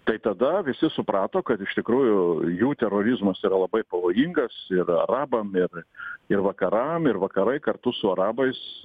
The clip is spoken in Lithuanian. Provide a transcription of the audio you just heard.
tai tada visi suprato kad iš tikrųjų jų terorizmas yra labai pavojingas ir arabam ir ir vakaram ir vakarai kartu su arabais